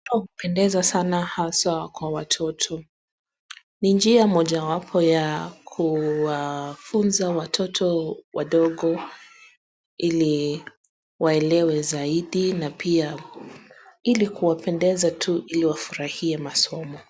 Hupendeza sana aswa kwa watoto. Ni njia mojawapo ya kuwafunza watoto wadogo hili waelewe zaidi na pia hili kuwapendeza tu hili wafurahie masomo